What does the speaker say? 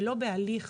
ולא בהליך